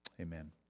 Amen